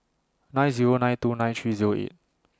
nine Zero nine two nine three Zero eight